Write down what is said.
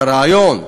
כרעיון.